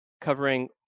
covering